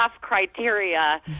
criteria